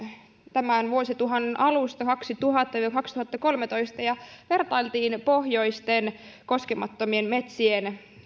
tämän vuosituhannen alusta kaksituhatta viiva kaksituhattakolmetoista siinä vertailtiin pohjoisten koskemattomien metsien